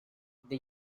the